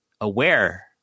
aware